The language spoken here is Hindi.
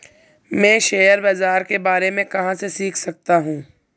मैं शेयर बाज़ार के बारे में कहाँ से सीख सकता हूँ?